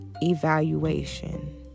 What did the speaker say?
evaluation